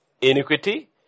iniquity